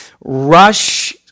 rush